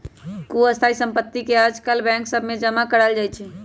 कुछ स्थाइ सम्पति के याजकाल बैंक सभ में जमा करायल जाइ छइ